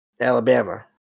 Alabama